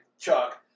Chuck